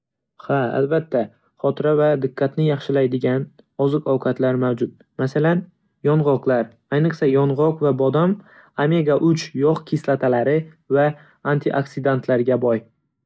Ha albatta, xotira va diqqatni yaxshilaydigan oziq-ovqatlar mavjud. Masalan, yong'oqlar, ayniqsa, yong'oq va bodom omega- uch yog' kislotalari va antioksidantlarga boy.